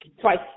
twice